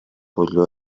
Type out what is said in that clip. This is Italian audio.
voglio